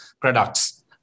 products